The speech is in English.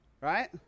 right